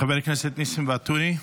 חבר הכנסת נסים ואטורי,